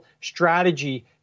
strategy